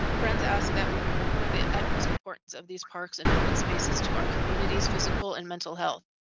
friends asked that we remember the utmost importance of these parks and open spaces to our communities physical and mental health.